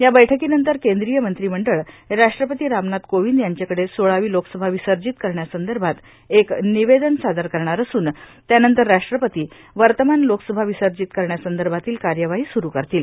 या बैठ्कीनंतर केंद्रीय मंत्रिमंडळ राष्ट्रपती रामनाथ कोविंद यांचेकडे सोळावी लोकसभा विसर्जित करण्यासंदर्भात एक निवेदन सादर करणार असून त्यानंतर राष्ट्रपती वर्तमान लोकसभा विसर्जित करण्यासंदर्भातील कार्यवाही सुरू करतील